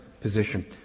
position